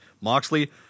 Moxley